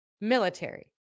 military